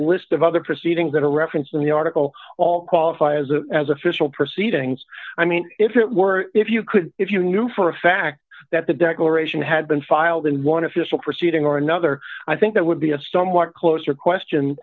list of other proceedings that are referencing the article all qualify as a as official proceedings i mean if it were if you could if you knew for a fact that the declaration had been filed in one official proceeding or another i think that would be a somewhat closer question